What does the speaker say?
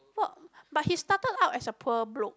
what but he started up as a pure broke